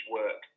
work